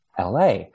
LA